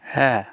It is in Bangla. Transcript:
হ্যাঁ